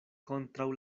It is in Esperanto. kontraŭ